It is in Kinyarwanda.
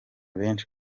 benshi